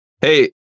Hey